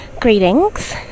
Greetings